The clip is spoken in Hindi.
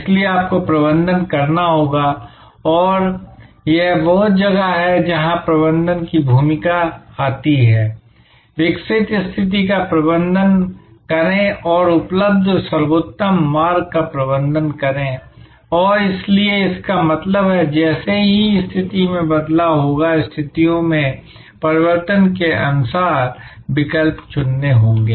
इसलिए आपको प्रबंधन करना होगा और यह वह जगह है जहां प्रबंधन की भूमिका आती है विकसित स्थिति का प्रबंधन करें और उपलब्ध सर्वोत्तम मार्ग का प्रबंधन करें और इसलिए इसका मतलब है कि जैसे ही स्थिति में बदलाव होगा स्थितियों में परिवर्तन के अनुसार विकल्प चुनने होंगे